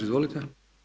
Izvolite.